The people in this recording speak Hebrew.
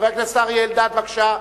חבר הכנסת אריה אלדד, בבקשה.